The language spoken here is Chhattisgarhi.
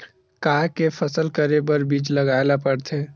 का के फसल करे बर बीज लगाए ला पड़थे?